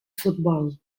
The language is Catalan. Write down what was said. futbol